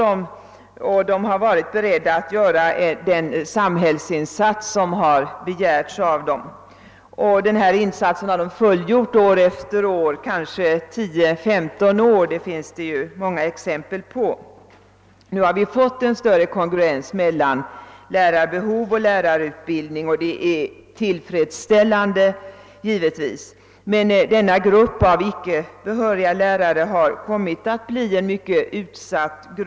Dessa lärare har varit beredda att göra den samhällsinsats som begärts av dem. De har fullgjort denna insats år efter år och det finns många exempel på människor som arbetat på detta sätt under 10—15 år. Nu har vi fått en större kongruens mellan lärarbehov och lärarutbildning, vilket givetvis är tillfredsställande, men denna grupp av icke behöriga lärare har kommit att bli mycket utsatt.